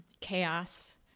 chaos